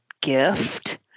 gift